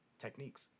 techniques